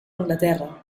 anglaterra